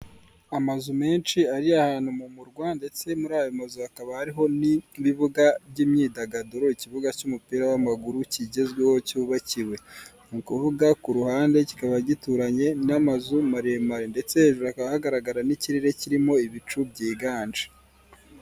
Amazu menshi ari ahantu mu murwa ndetse muri ayo mazu hakaba hariho n'ibibuga by'imyidagaduro, ikibuga cy'umupira w'amaguru kigezweho cyubakiwe. Ni ukuvuga ku ruhande kikaba gituranye n'amazu maremare ndetse hejuru hakaba hagaragara n'ikirere kirimo ibicu byiganje.